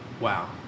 Wow